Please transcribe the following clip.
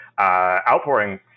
outpouring